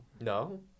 No